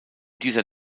dieser